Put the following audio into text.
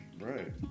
Right